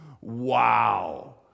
Wow